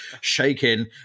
shaking